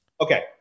Okay